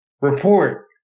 report